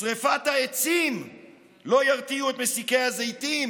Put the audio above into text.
שרפת העצים לא תרתיע את מסיקי הזיתים